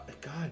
God